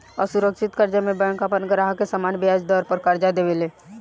असुरक्षित कर्जा में बैंक आपन ग्राहक के सामान्य ब्याज दर पर कर्जा देवे ले